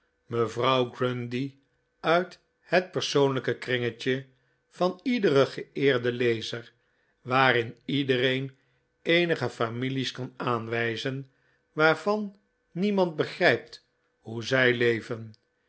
mevrouw grundy uit het persoonlijke kringetje van iederen geeerden lezer waarin iedereen eenige families kan aanwijzen waarvan niemand begrijpt hoe zij leven